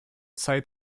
zeit